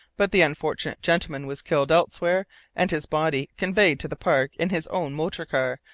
but the unfortunate gentleman was killed elsewhere and his body conveyed to the park in his own motor-car,